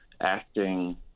acting